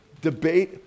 debate